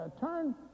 Turn